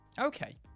Okay